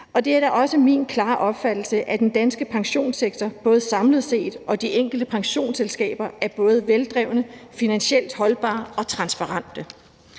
Og det er da også min klare opfattelse, at den danske pensionssektor, både samlet set og i forhold til de enkelte pensionsselskaber, er både veldreven, finansielt holdbar og transparent.